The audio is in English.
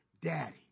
Daddy